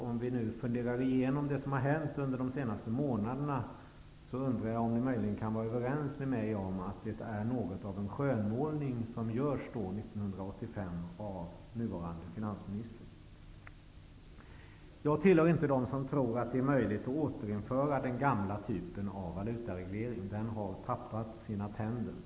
Om vi funderar igenom vad som hände under de senaste månaderna undrar jag om ni möjligen kan vara överens med mig om att det är något av en skönmålning som 1995 görs av nuvarande finansministern. Jag tillhör inte dem som tror att det är möjligt att återinföra den gamla typen av valutareglering. Den har tappat sin tänder.